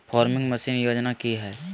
Farming machine योजना कि हैय?